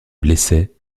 blessait